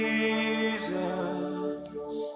Jesus